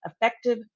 effective